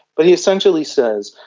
but he essentially says,